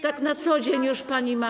Tak na co dzień już pani ma?